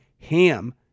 HAM